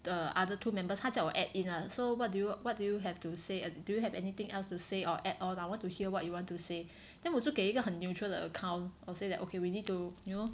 the other two members 他叫我 add in lah so what do you what do you have to say or do you have anything else to say or at all I want to hear what you want to say then 我就给一个很 neutral 的 account or say that okay we need to you know